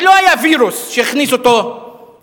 זה לא היה וירוס שהכניס אותו לבית-החולים,